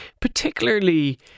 Particularly